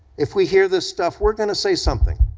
if we hear this stuff, we're gonna say something,